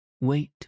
Wait